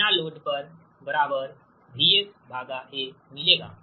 तो आपको VRNL VSA मिलेगा